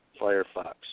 Firefox